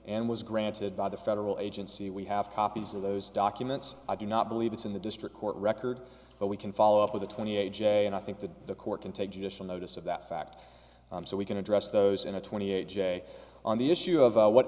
and was granted by the federal agency we have copies of those documents i do not believe it's in the district court record but we can follow up with the twenty a j and i think that the court can take judicial notice of that fact so we can address those in a twenty eight j on the issue of what